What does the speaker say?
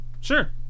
Sure